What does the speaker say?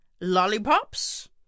lollipops